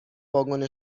واگن